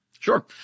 Sure